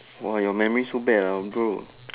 !wah! your memory so bad ah bro